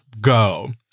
Go